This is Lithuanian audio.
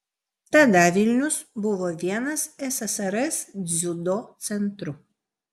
tada vilnius buvo vienas ssrs dziudo centrų